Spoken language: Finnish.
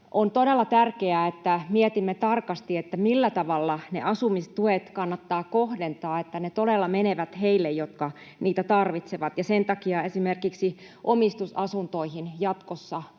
On todella tärkeää, että mietimme tarkasti, millä tavalla ne asumistuet kannattaa kohdentaa, että ne todella menevät heille, jotka niitä tarvitsevat. Sen takia esimerkiksi omistusasuntoihin jatkossa sitä